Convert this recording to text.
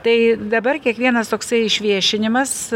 tai dabar kiekvienas toksai išviešinimas